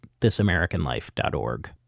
thisamericanlife.org